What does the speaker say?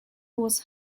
was